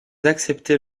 acceptez